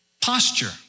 posture